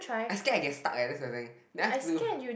I scared I get stuck eh that's the thing then I have to